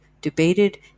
debated